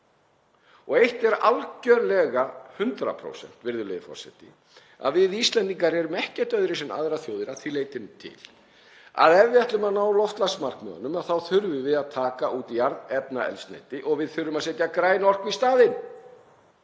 Og eitt er algjörlega 100%, virðulegi forseti, og það er að við Íslendingar erum ekkert öðruvísi en aðrar þjóðir að því leytinu til að ef við ætlum að ná loftslagsmarkmiðunum þá þurfum við að taka út jarðefnaeldsneyti og við þurfum að setja græna orku í staðinn,